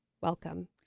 Welcome